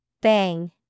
Bang